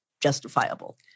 justifiable